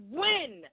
win